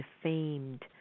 defamed